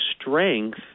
strength